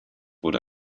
wurde